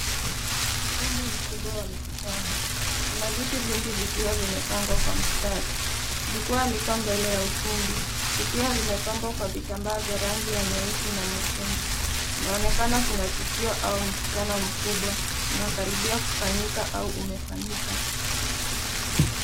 Ukumbi mkubwa wa mikutano. Kuna viti vingi vikiwa vimepangwa kwa mstari. Jukwaa liko mbele ya ukumbi likiwa limepambwa kwa vitambaa vya rangi nyeusi na nyekundu. Inaonekana kuna tukio au mkutano mkubwa unakaribia kufanyika au umefanyika.